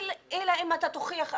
אלא אם תוכיח אחרת.